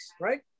right